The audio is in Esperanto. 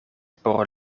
por